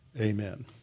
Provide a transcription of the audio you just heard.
amen